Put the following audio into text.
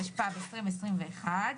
התשפ"ב-2021,